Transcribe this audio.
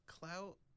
clout